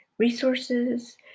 resources